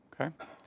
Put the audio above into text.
Okay